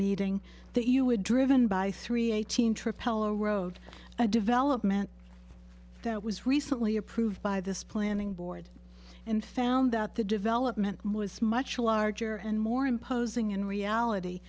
meeting that you had driven by three eighteen trip hello rode a development that was recently approved by this planning board and found that the development more is much larger and more imposing in reality